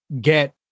get